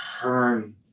turn